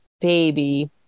baby